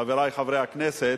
חברי חברי הכנסת,